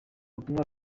butumwa